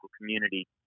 community